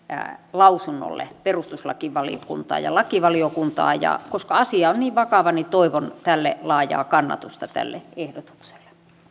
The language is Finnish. lausunnolle perustuslakivaliokuntaan ja lakivaliokuntaan ja koska asia on niin vakava niin toivon laajaa kannatusta tälle ehdotukselle